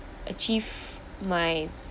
achieve my